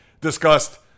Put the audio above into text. discussed